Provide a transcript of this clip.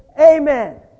Amen